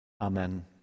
Amen